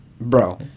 bro